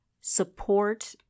Support